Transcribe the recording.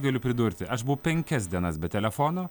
galiu pridurti aš buvau penkias dienas be telefono